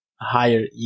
Higher